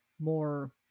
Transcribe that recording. More